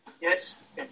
yes